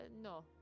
no